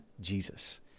Jesus